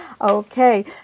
Okay